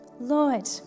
Lord